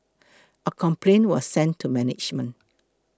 a complaint was sent to management